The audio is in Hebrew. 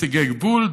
מסיגי גבול,